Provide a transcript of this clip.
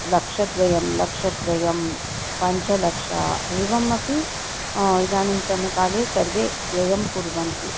लक्षद्वयं लक्षत्रयं पञ्चलक्षम् एवमपि इदानीन्तनकाले सर्वे व्ययं कुर्वन्ति